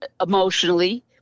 emotionally